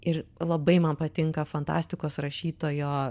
ir labai man patinka fantastikos rašytoja